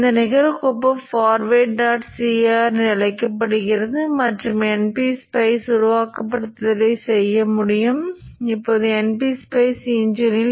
இது R மற்றும் Lm காந்தமாக்கல் என்றால் Lm Rக்கு சமமான நேர மாறிலி T யைக் கொண்டிருக்கும்